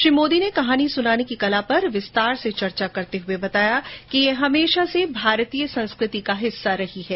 श्री मोदी ने कहानी सुनाने की कला पर विस्तार से चर्चा करते हुए बताया कि ये हमेशा से भारतीय संस्कृति का हिस्सा रही है